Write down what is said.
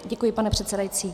Děkuji, pane předsedající.